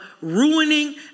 ruining